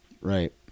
Right